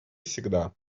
всегда